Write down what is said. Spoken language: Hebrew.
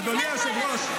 אדוני היושב-ראש,